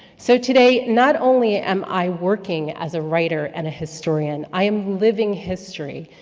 so today, not only am i working as a writer, and a historian, i am living history,